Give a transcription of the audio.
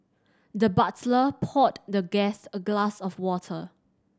the butler poured the guest a glass of water